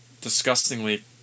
disgustingly